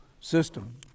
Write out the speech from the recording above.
system